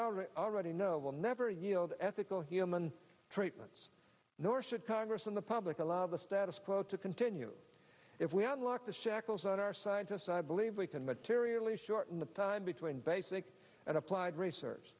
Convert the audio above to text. already already know will never yield ethical treatments nor should congress and the public allow the status quo to continue if we can lock the shackles on our scientists i believe we can materially shorten the time between basic and applied research